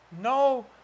No